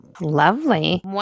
Lovely